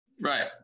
Right